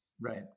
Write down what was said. Right